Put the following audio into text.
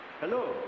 Hello